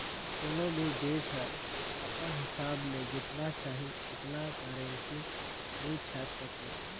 कोनो भी देस हर अपन हिसाब ले जेतना चाही ओतना करेंसी नी छाएप सके